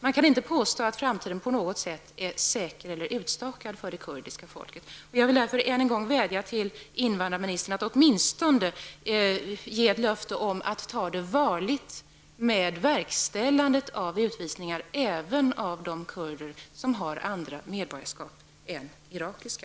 Man kan inte påstå att framtiden på något sätt är säker eller utstakad för det kurdiska folket. Jag vill därför än en gång vädja till invandrarministern att åtminstone ge löfte om att ta det varligt med verkställandet av utvisningar, även av de kurder som har andra medborgarskap än irakiska.